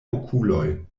okuloj